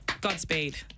Godspeed